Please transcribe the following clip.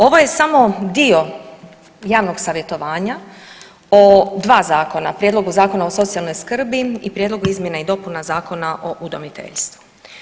Ovo je samo dio javnog savjetovanja o dva zakona – Prijedlogu zakona o socijalnoj skrbi i Prijedlogu izmjena i dopuna Zakona o udomiteljstvu.